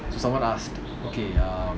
so someone asked okay err